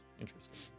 Interesting